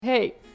hey